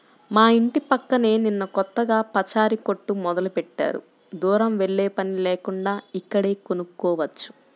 మా యింటి పక్కనే నిన్న కొత్తగా పచారీ కొట్టు మొదలుబెట్టారు, దూరం వెల్లేపని లేకుండా ఇక్కడే కొనుక్కోవచ్చు